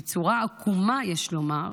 בצורה עקומה יש לומר,